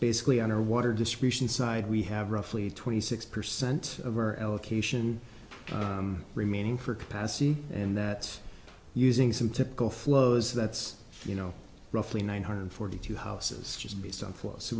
basically under water distribution side we have roughly twenty six percent of our allocation remaining for capacity and that using some typical flows that's you know roughly nine hundred forty two houses